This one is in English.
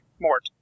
Mort